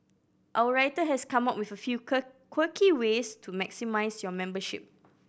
our writer has come up with a few quirky ways to maximise your membership